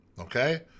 Okay